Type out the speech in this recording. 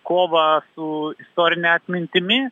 kovą su istorine atmintimi